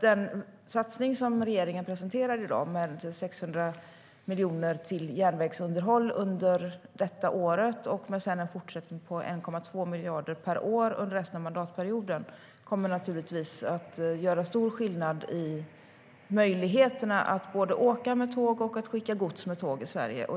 Den satsning som regeringen presenterar i dag, med 600 miljoner till järnvägsunderhåll under detta år och sedan 1,2 miljarder per år under resten av mandatperioden, kommer naturligtvis att göra stor skillnad för möjligheterna att åka med tåg och skicka gods med tåg i Sverige.